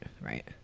right